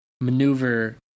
maneuver